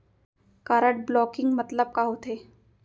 Card blocking मतलब का होथे?